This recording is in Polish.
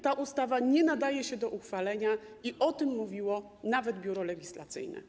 Ta ustawa nie nadaje się do uchwalenia i o tym mówiło nawet Biuro Legislacyjne.